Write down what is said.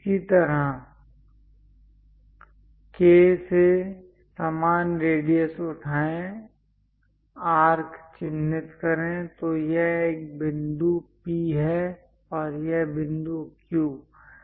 इसी तरह K से समान रेडियस उठाएं आर्क चिह्नित करें तो यह एक बिंदु P है और यह बिंदु Q